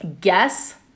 guess